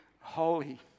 holy